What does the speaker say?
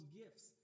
gifts